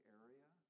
area